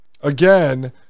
again